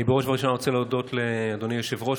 אני בראש ובראשונה רוצה להודות לאדוני היושב-ראש,